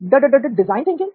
ड ड ड डिजाइन थिंकिंग